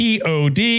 Pod